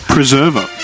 Preserver